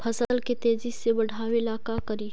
फसल के तेजी से बढ़ाबे ला का करि?